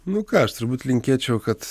nu ką aš turbūt linkėčiau kad